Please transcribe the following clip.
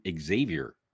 Xavier